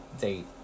date